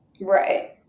Right